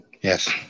Yes